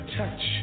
touch